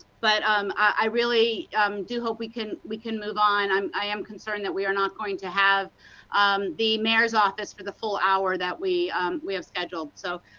but um i really do hope, we can we can move on, um i am concerned that we are not going to have the mayor's office for the full hour, that we we have scheduled. so,